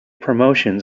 promotions